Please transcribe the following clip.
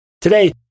Today